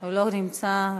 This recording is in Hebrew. לא נמצא.